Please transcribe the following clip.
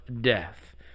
death